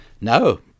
No